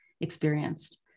experienced